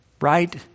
right